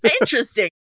Interesting